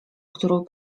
którą